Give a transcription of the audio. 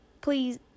please